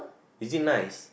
is it nice